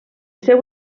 seu